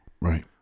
right